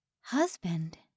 Husband